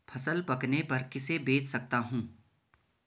फसल पकने पर किसे बेच सकता हूँ?